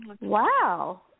Wow